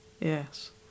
Yes